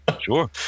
Sure